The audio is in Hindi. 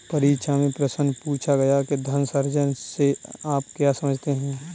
परीक्षा में प्रश्न पूछा गया कि धन सृजन से आप क्या समझते हैं?